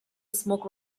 smoke